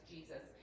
Jesus